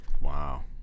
Wow